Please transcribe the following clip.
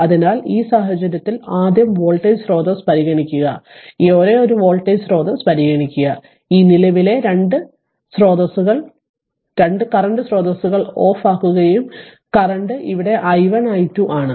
അതിനാൽ ഈ സാഹചര്യത്തിൽ ആദ്യം വോൾട്ടേജ് സ്രോതസ്സ് പരിഗണിക്കുക ഈ ഒരേയൊരു വോൾട്ടേജ് സ്രോതസ്സ് പരിഗണിക്കുക ഈ നിലവിലെ 2 സ്രോതസ്സുകൾ ഓഫ് ചെയ്യുകയും കറന്റ് ഇവിടെ i1 i2 ആണ്